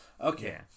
Okay